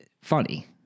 funny